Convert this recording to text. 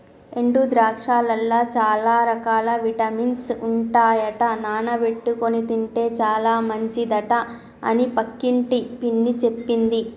ఎండు ద్రాక్షలల్ల చాల రకాల విటమిన్స్ ఉంటాయట నానబెట్టుకొని తింటే చాల మంచిదట అని పక్కింటి పిన్ని చెప్పింది